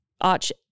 Arch